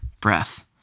breath